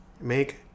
Make